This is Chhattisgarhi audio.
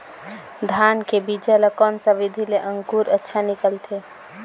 धान के बीजा ला कोन सा विधि ले अंकुर अच्छा निकलथे?